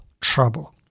trouble